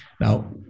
Now